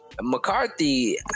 McCarthy